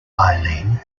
eileen